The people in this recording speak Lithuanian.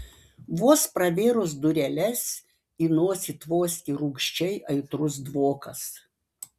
vos pravėrus dureles į nosį tvoskė rūgščiai aitrus dvokas